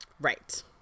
right